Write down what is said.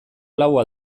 laua